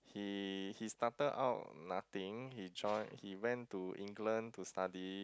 he he started out nothing he join he went to England to study